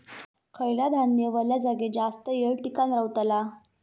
खयला धान्य वल्या जागेत जास्त येळ टिकान रवतला?